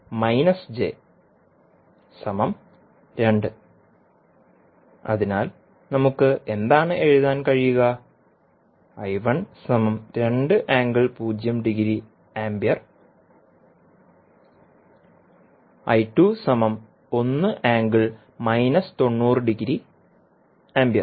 അതിനാൽ നമുക്ക് എന്താണ് എഴുതാൻ കഴിയുക